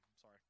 sorry